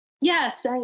Yes